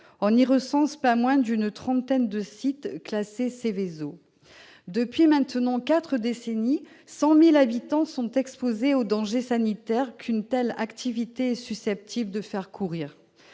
On y recense pas moins d'une trentaine de sites classés Seveso. Depuis maintenant quatre décennies, 100 000 habitants sont exposés aux dangers sanitaires qu'une telle activité est susceptible de faire courir.